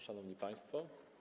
Szanowni Państwo!